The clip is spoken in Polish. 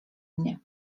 mnie